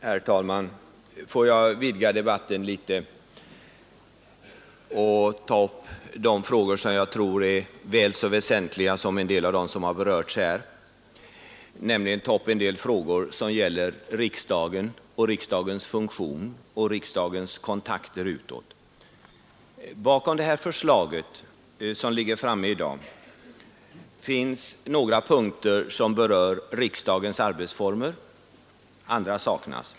Herr talman! Låt mig vidga debatten litet och ta upp några frågor som jag tror är väl så besvärliga som en del av de problem som tidigare berörts. Det är frågor som gäller riksdagens funktion och riksdagens kontakter utåt. I det förslag som i dag föreligger berörs några punkter som gäller riksdagens arbetsformer, medan andra saknas.